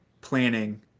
planning